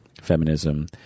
feminism